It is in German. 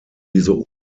diese